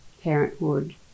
parenthood